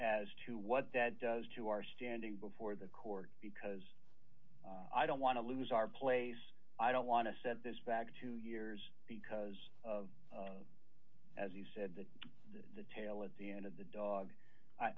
as to what that does to our standing before the court because i don't want to lose our place i don't want to set this back two years because of as you said that the tail at the end of the dog i